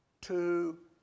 Two